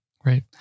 Great